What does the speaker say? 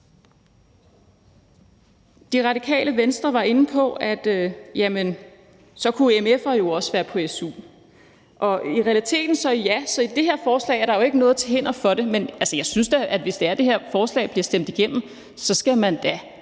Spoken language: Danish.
Radikale Venstre var inde på, at så kunne mf'er jo også være på su, og i realiteten vil jeg sige ja, for i det her forslag er der jo ikke noget til hinder for det. Men jeg synes da, at hvis det her forslag bliver stemt igennem, skal man på